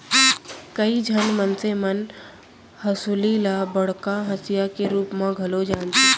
कइ झन मनसे मन हंसुली ल बड़का हँसिया के रूप म घलौ जानथें